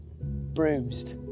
bruised